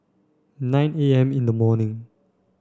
nine A M in the morning